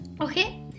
okay